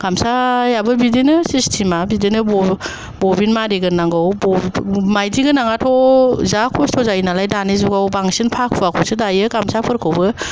गामसायाबो बिदिनो सिस्टेमा बिदिनो बबिन मारिगोरनांगौ माइदि गोनांआथ' जा खस्थ जायो नालाय दानि जुगाव बांसिन फाखुवाखौसो दायो गामसाफोरखौबो